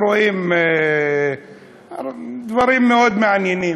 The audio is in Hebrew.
רואים דברים מאוד מעניינים.